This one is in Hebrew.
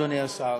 אדוני השר,